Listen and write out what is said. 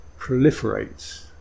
proliferates